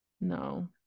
No